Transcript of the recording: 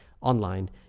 online